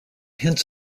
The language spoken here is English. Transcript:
hints